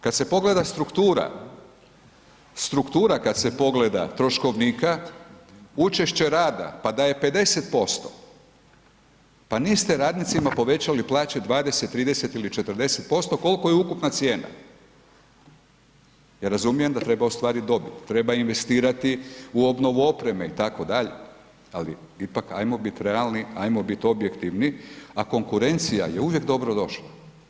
Kad se pogleda struktura, struktura kad se pogleda troškovnika učešće rada pa da je 50% pa niste radnicima povećali 20, 30 ili 40% koliko je ukupna cijena, ja razumijem da treba ostvarit dobit, treba investirati u obnovu opreme itd., ali ipak ajmo bit realni, ajmo bit objektivni a konkurencija je uvijek dobrodošla.